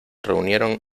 reunieron